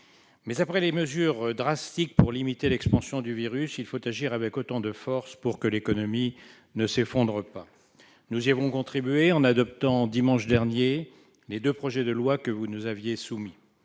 en oeuvre des mesures drastiques pour limiter l'expansion du virus, il faut agir avec autant de force pour que l'économie ne s'effondre pas. Nous y avons contribué en adoptant dimanche dernier les deux projets de loi que vous nous aviez soumis.